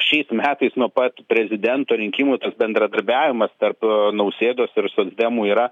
šiais metais nuo pat prezidento rinkimų bendradarbiavimas tarp nausėdos ir socdemų yra